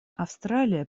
австралия